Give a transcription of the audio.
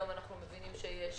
היום אנחנו מבינים שיש